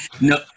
no